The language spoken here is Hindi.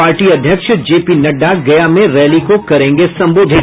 पार्टी अध्यक्ष जेपी नड्डा गया में रैली को करेंगे संबोधित